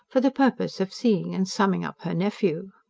for the purpose of seeing and summing up her nephew.